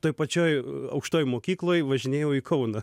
toj pačioj aukštojoj mokykloj važinėjau į kauną